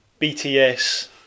BTS